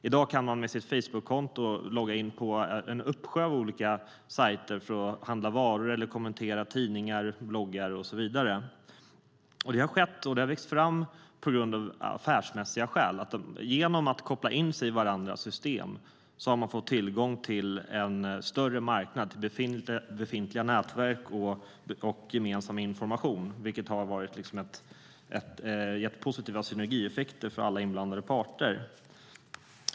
I dag kan man med sitt facebookkonto logga in på en uppsjö olika sajter för att handla varor, kommentera tidningar, bloggar och så vidare. Detta har vuxit fram av affärsmässiga skäl. Genom att koppla in sig i varandras system har man fått tillgång till en större marknad, befintliga nätverk och gemensam information. Det har gett positiva synergieffekter för alla inblandade parter.